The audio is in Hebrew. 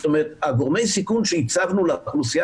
זאת אומרת גורמי הסיכון שהצבנו לאוכלוסייה